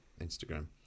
Instagram